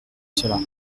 cela